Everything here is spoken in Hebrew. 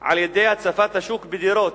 על-ידי הצפת השוק בדירות,